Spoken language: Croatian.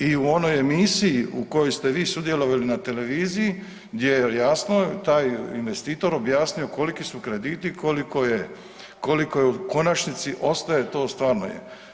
I u onoj emisiji u kojoj ste vi sudjelovali na televiziji gdje je jasno taj investitor objasnio koliki su krediti, koliko je, koliko je u konačnici ostaje to stvarno je.